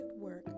work